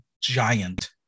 giant